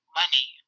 money